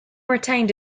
retained